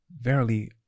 verily